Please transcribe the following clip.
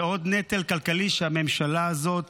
זה עוד נטל כלכלי עלינו שהממשלה הזאת